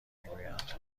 میگویند